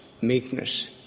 meekness